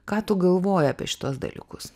ką tu galvoji apie šituos dalykus